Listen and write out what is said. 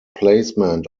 placement